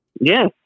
Yes